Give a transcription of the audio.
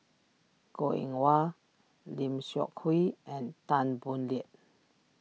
Goh Eng Wah Lim Seok Hui and Tan Boo Liat